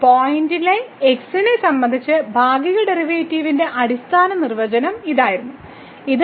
പോയിന്റിലെ x നെ സംബന്ധിച്ച ഭാഗിക ഡെറിവേറ്റീവിന്റെ അടിസ്ഥാന നിർവചനമായിരുന്നു ഇത്